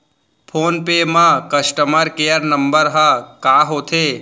Phone पे म customer care number ह का होथे?